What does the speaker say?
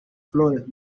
flores